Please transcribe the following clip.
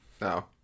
No